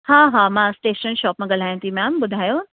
हा हा मां स्टेशनरी शॉप मां ॻल्हायां थी मैम ॿुधायो